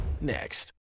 next